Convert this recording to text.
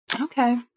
Okay